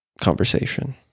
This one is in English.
conversation